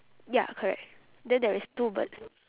ya correct then there is two birds